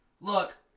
Look